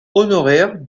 honoraire